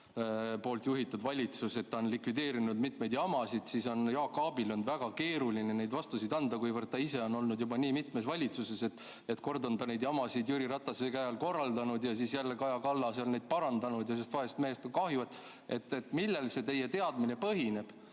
Ratase juhitud valitsus, ja ta on likvideerinud mitmeid jamasid, siis on Jaak Aabil olnud väga keeruline neid vastuseid anda, kuivõrd ta ise on olnud juba nii mitmes valitsuses, et kord on ta neid jamasid Jüri Ratase käe all korraldanud ja siis Kaja Kallas on neid parandanud. Sellest vaesest mehest on kahju. Millel põhineb teie teadmine,